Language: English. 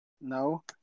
No